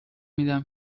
میدم